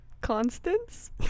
Constance